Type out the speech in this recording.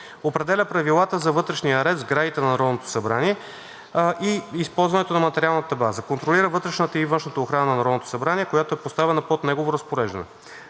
определя правилата за вътрешния ред в сградите на Народното събрание и използването на материалната база; 14. контролира вътрешната и външната охрана на Народното събрание, която е поставена под негово разпореждане;